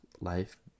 life